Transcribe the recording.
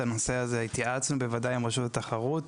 הנושא הזה בוודאי התייעצנו עם רשות התחרות.